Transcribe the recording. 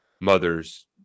mother's